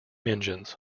engines